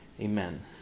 Amen